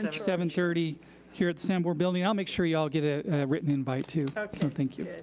seven thirty here at the sanborn building. i'll make sure you all get a written invite too. so thank you.